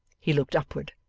he looked upward,